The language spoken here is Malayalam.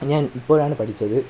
ഞാന് ഇപ്പോഴാണ് പഠിച്ചത്